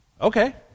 okay